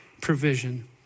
provision